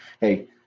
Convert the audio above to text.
Hey